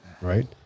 Right